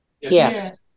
Yes